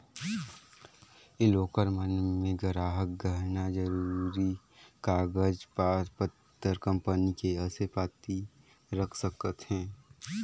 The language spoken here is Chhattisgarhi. ये लॉकर मन मे गराहक गहना, जरूरी कागज पतर, कंपनी के असे पाती रख सकथें